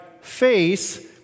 face